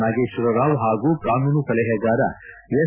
ನಾಗೇಶ್ವರ್ ರಾವ್ ಹಾಗೂ ಕಾನೂನು ಸಲಹೆಗಾರ ಎಸ್